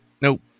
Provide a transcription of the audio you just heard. Nope